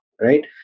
right